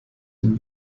den